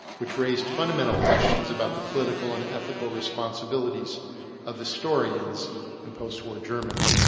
which raised fundamental questions about the political and ethical responsibilities of historians in postwar germany.